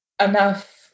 enough